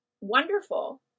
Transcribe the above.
wonderful